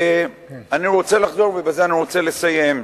אני רוצה לחזור, ובזה אני רוצה לסיים.